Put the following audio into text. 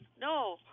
no